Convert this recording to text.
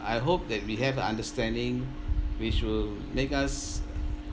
I hope that we have a understanding which will make us